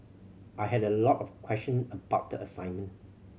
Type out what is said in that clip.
I had a lot of question about the assignment